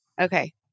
Okay